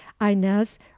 inez